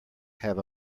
have